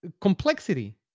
complexity